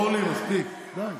אורלי, מספיק, די,